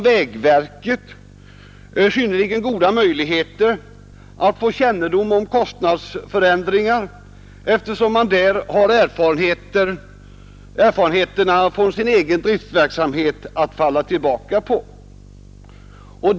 Vägverket har synnerligen goda möjligheter att få kännedom om kostnadsförändringar, eftersom man där har erfarenheter av sin egen driftverksamhet att falla tillbaka på.